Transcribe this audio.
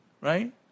right